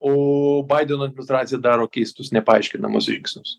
o baideno administracija daro keistus nepaaiškinamus žingsnius